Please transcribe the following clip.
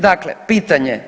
Dakle, pitanje.